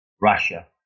Russia